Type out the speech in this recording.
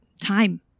time